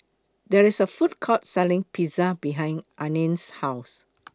There IS A Food Court Selling Pizza behind Ariane's House